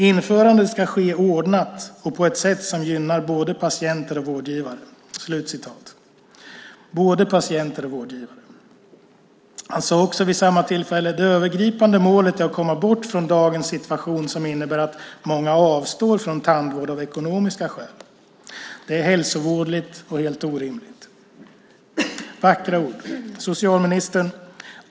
Införandet ska ske ordnat och på ett sätt som gynnar både patienter och vårdgivare." Han sade också vid samma tillfälle: "Det övergripande målet är att komma bort från dagens situation som innebär att många avstår från tandvård av ekonomiska skäl - det är hälsovådligt och helt orimligt." Det är vackra ord. Socialministern!